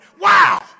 Wow